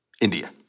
India